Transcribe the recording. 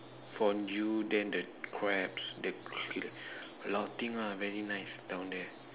fondue then the crabs the a a lot of things lah very nice down there